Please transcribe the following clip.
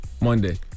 Monday